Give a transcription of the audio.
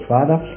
Father